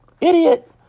Idiot